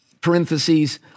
parentheses